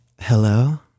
Hello